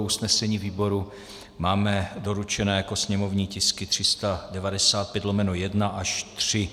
Usnesení výboru máme doručeno jako sněmovní tisky 395/1 až 3.